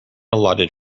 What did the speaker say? allotted